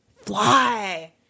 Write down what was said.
fly